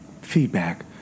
feedback